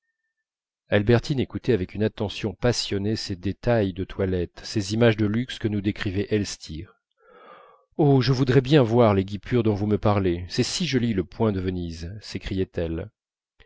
albertine écoutait avec une attention passionnée ces détails de toilette ces images de luxe que nous décrivait elstir oh je voudrais bien avoir les guipures dont vous me parlez c'est si joli le point de venise